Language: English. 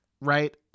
right